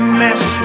mess